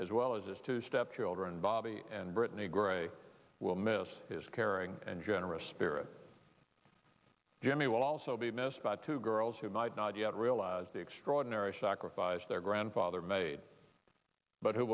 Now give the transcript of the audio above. as well as his two stepchildren bobby and brittany gray will miss his caring and generous spirit jimmy will also be missed by two girls who might not yet realize the extraordinary sacrifice their grandfather made but